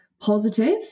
positive